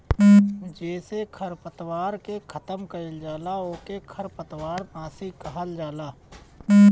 जेसे खरपतवार के खतम कइल जाला ओके खरपतवार नाशी कहल जाला